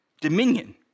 dominion